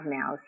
now